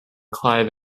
clive